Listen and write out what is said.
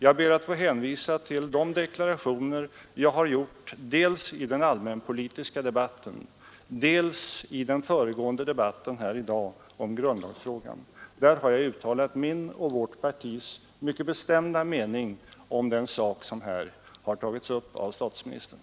Jag ber därför att få hänvisa till de deklarationer jag har gjort dels i den allmänpolitiska debatten, dels i den föregående debatten här i dag om grundlagsfrågan. Där har jag uttalat min och vårt partis mycket bestämda mening om den sak som här har tagits upp av statsministern.